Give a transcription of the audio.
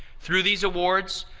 through these awards,